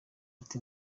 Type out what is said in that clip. ati